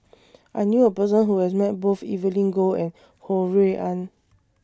I knew A Person Who has Met Both Evelyn Goh and Ho Rui An